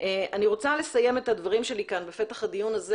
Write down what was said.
אני רוצה לסיים את הדברים שלי כאן בפתח הדיון הזה